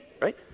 right